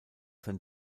sein